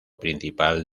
principal